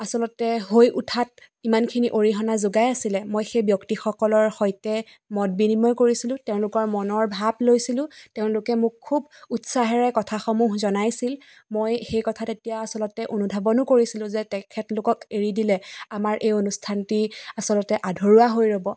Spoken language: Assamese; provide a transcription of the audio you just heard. আচলতে হৈ উঠাত ইমানখিনি অৰিহণা যোগাই আছিলে মই সেই ব্যক্তিসকলৰ সৈতে মত বিনিময় কৰিছিলোঁ তেওঁলোকৰ মনৰ ভাৱ লৈছিলোঁ তেওঁলোকে মোক খুব উৎসাহেৰে কথাসমূহ জনাইছিল মই সেই কথা তেতিয়া আচলতে অনুধাৱনো কৰিছিলোঁ যে তেখেতলোকক এৰি দিলে আমাৰ এই অনুষ্ঠানটি আচলতে আধৰুৱা হৈ ৰ'ব